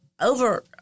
Over